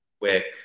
quick